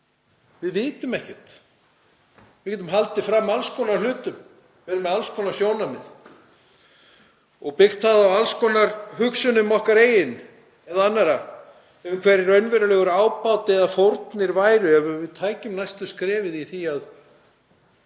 við vitum ekkert, við getum haldið fram alls konar hlutum, verið með alls konar sjónarmið og byggt það á alls konar hugsjónum, okkar eigin eða annarra, um hver raunverulegur ábati væri eða fórnir ef við tækjum næstu skref í því að